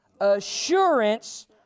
assurance